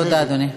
תודה, אדוני.